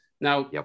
Now